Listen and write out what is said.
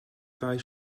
dau